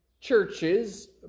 churches